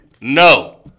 No